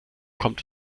kommt